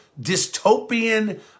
dystopian